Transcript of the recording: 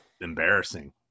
embarrassing